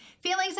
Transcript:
Feelings